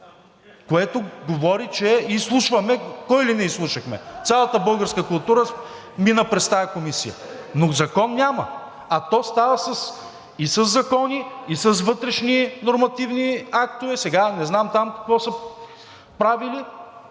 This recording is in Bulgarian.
което говори, че изслушваме. Кой ли не изслушахме. Цялата българска култура мина през тази комисия, но закон няма. А то става и със закони, и с вътрешни нормативни актове. Сега не знам там какво са правили.